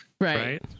right